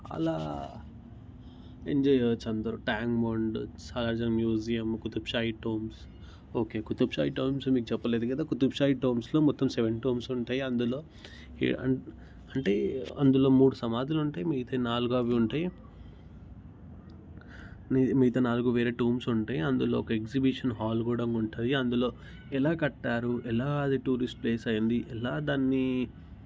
చాలా ఎంజాయ్ చేయచ్చు అందరు ట్యాంక్ బండ్లో Salar Jung museum Qutb Shahi tombs okay Qutb Shahi tombs మీకు చెప్పలేదు కదా కుతుబ్షాహి టుంబ్స్ లలో సెవెన్ టుంబ్స్ ఉంటాయి అందులో ఏడు అంటే అందులో మూడు సమాధులు ఉంటాయి మిగతావి నాలుగు అవి ఉంటాయి మిగతా అవి నాలుగు వేరే టుంబ్స్ ఉంటాయి అందులో ఒక ఎగ్జిబిషన్ హాల్ కూడా ఉంటుంది అందులో ఎలా కట్టారు ఎలా అది టూరిస్ట్ ప్లేస్ అయ్యింది ఎలా దాన్ని